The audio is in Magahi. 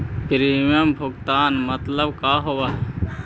प्रीमियम भुगतान मतलब का होव हइ?